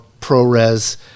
ProRes